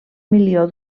milió